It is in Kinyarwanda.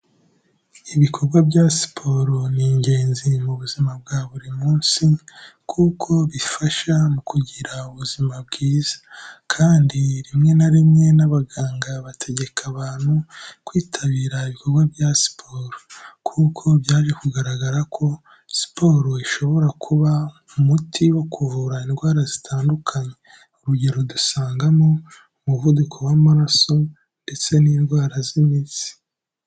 Ibikorwa bya siporo ni ingenzi mu buzima bwa buri munsi kuko bifasha mu kugira ubuzima bwiza kandi rimwe na rimwe n'abaganga bategeka abantu, kwitabira ibikorwa bya siporo kuko byarije kugaragara ko, siporo ishobora kuba umuti wo kuvura indwara zitandukanye, urugero dusangamo umuvuduko w'amaraso ndetse n'indwara z'imitsi.